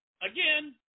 again